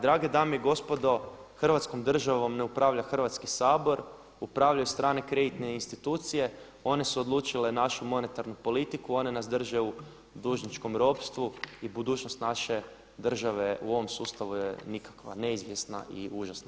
Drage dame i gospodo, Hrvatskom državom ne upravlja Hrvatski sabor, upravljaju strane kreditne institucije, one su odlučile našu monetarnu politiku, one nas drže u dužničkom ropstvu i budućnost naše države u ovom sustavu je nikakva, neizvjesna i užasna.